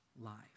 life